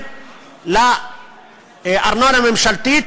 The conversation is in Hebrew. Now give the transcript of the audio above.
לארנונה ממשלתית,